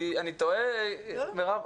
אני טועה, מירב?